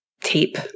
tape